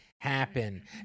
happen